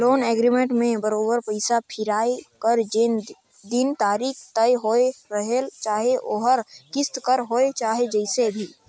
loan agreement में बरोबेर पइसा फिराए कर जेन दिन तारीख तय होए रहेल चाहे ओहर किस्त कर होए चाहे जइसे भी